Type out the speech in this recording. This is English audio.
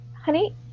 Honey